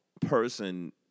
person